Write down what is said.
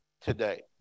today